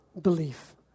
belief